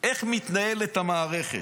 איך מתנהלת המערכת.